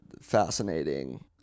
fascinating